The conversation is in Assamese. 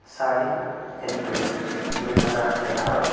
চাৰি এপ্ৰিল দুই হেজাৰ এঘাৰ